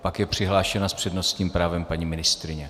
Pak je přihlášena s přednostním právem paní ministryně.